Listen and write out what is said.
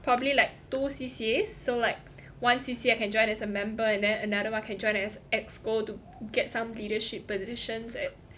probably like two C_C_A so like one C_C_A I can join as a member and then another one can join as EXCO to get some leadership positions and